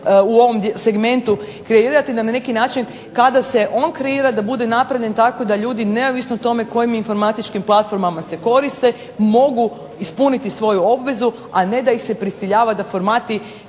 u ovom segmentu kreirati i na neki način kada se on kreira da bude napravljen tako da ljudi neovisno o tome kojim informatičkim platformama se koriste, mogu ispuniti svoju obvezu, a ne da ih se prisiljava da formati